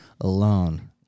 alone